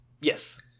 Yes